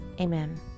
Amen